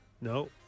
No